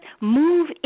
move